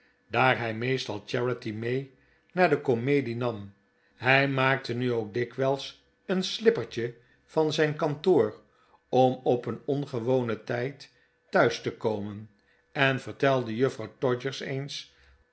daar hij meestal charity mee naar de komedie nam hij maakte nu ook dikwijls een slippertje van zijn kantoor om op een ongewonen tijd thuis te komen en vertelde juffrouw todgers eens